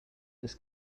this